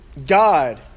God